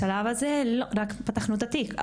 בשלב הזה רק פתחנו את התיק,